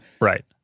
right